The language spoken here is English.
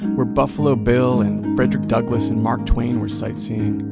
where buffalo bill, and frederick douglass, and mark twain were sightseeing.